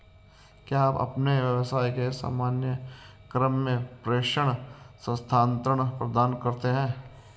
क्या आप अपने व्यवसाय के सामान्य क्रम में प्रेषण स्थानान्तरण प्रदान करते हैं?